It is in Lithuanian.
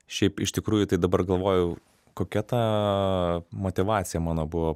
šiaip iš tikrųjų tai dabar galvojau kokia ta motyvacija mano buvo